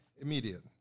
Immediate